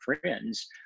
friends